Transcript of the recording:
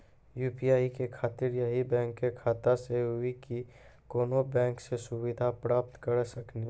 UPI के खातिर यही बैंक के खाता से हुई की कोनो बैंक से सुविधा प्राप्त करऽ सकनी?